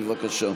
בבקשה.